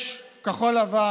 יש, כחול לבן